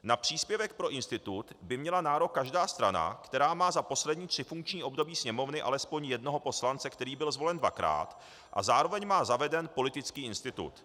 Na příspěvek pro institut by měla nárok každá strana, která má za poslední tři funkční období Sněmovny alespoň jednoho poslance, který byl zvolen dvakrát, a zároveň má zaveden politický institut.